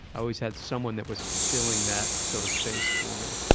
i always had someone that was filling that sort of space for me.